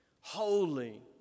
holy